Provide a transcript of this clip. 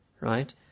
Right